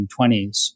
1920s